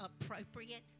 appropriate